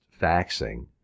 faxing